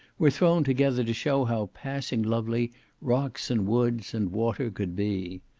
were thrown together to show how passing lovely rocks and woods, and water could be.